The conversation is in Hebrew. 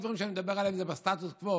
הדברים שאני מדבר עליהם הם בסטטוס קוו,